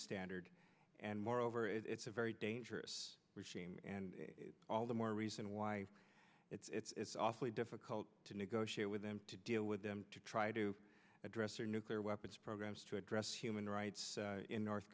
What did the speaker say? standard and moreover it's a very dangerous regime and all the more reason why it's awfully difficult to negotiate with them to deal with them to try to address their nuclear weapons programs to address human rights in north